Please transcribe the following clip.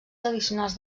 tradicionals